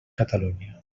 catalunya